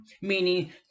meaning